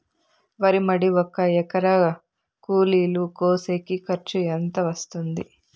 వరి మడి ఒక ఎకరా కూలీలు కోసేకి ఖర్చు ఎంత వస్తుంది?